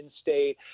state